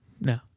No